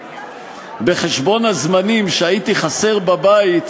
שבחשבון הזמנים שהייתי חסר בבית,